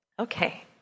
Okay